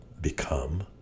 become